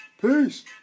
peace